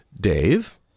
Dave